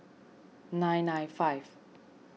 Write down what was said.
nine nine five